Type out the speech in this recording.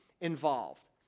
involved